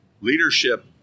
leadership